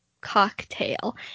Cocktail